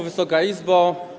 Wysoka Izbo!